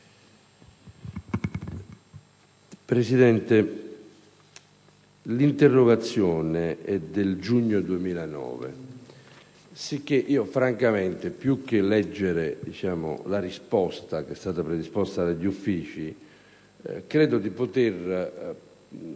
Presidente, l'interrogazione è del giugno 2009, sicché, francamente, più che leggere la risposta che è stata predisposta dagli uffici, credo di poter